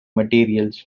materials